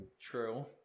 true